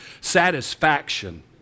Satisfaction